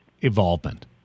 involvement